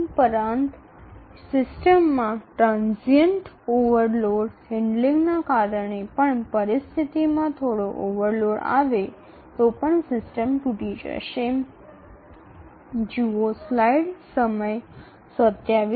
তবুও সিস্টেমে ক্ষণস্থায়ী ওভারলোড হ্যান্ডলিংয়ের কারণে এমনকি যদি পরিস্থিতিতে সামান্য ওভারলোড হয় তবে সিস্টেমটি ভেঙে পরবে